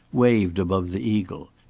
waved above the eagle.